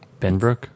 Benbrook